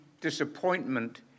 disappointment